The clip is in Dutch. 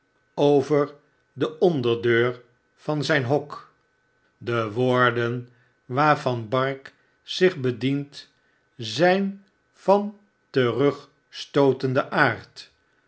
over de onderdeur van zijn hot de woorden waarvan bark zich bedient zyn van terugstootenden aard